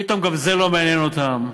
פתאום גם זה לא מעניין אותם.